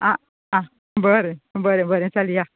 आं आं बरें बरें चल या